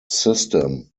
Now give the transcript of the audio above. system